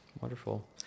Wonderful